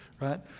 right